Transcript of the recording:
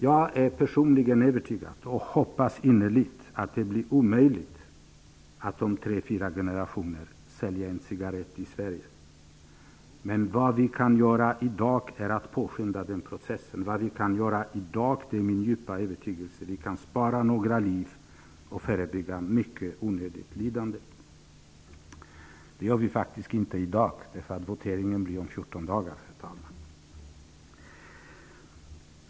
Jag är personligen övertygad om och hoppas innerligt att det blir omöjligt att om tre fyra generationer sälja en cigarett i Sverige. Men vad vi kan göra i dag är att påskynda den processen. Min djupa övertygelse är att vi kan spara några liv och förebygga mycket onödigt lidande. Men det kan vi faktiskt inte göra i dag, därför att voteringen äger rum om 14 dagar, herr talman.